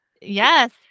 Yes